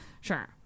sure